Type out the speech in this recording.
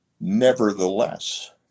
Nevertheless